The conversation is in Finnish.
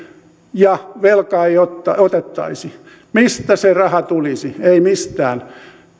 ja velkaa ei otettaisi mistä se raha tulisi ei mistään